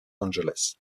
angeles